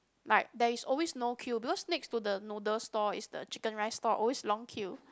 like there is always no queue because next to the noodle stall is the chicken rice stall always long queue